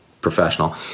professional